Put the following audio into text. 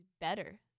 better